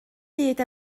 byd